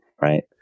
right